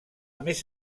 més